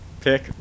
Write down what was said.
pick